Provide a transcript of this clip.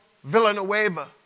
Villanueva